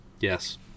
Yes